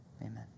amen